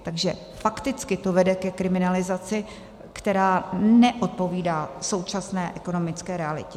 Takže fakticky to vede ke kriminalizaci, která neodpovídá současné ekonomické realitě.